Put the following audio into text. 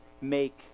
make